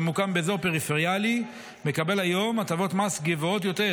שממוקם באזור פריפריאלי מקבל היום הטבות מס גבוהות יותר,